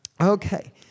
Okay